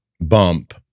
bump